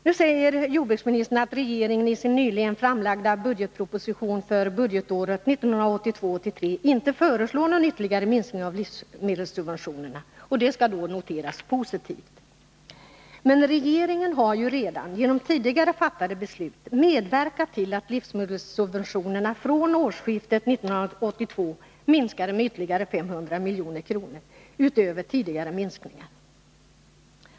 Nu säger jordbruksministern att regeringen i sin nyligen framlagda budgetproposition för budgetåret 1982/83 inte föreslår någon ytterligare minskning av livsmedelssubventionerna. Det skall då noteras som positivt. Men regeringen har ju redan, genom tidigare fattade beslut, medverkat till att livsmedelssubventionerna vid årsskiftet 1982 minskade med ytterligare 500 milj.kr. utöver tidigare minskningar.